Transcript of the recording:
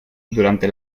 durante